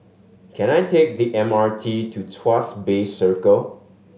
can I take the M R T to Tuas Bay Circle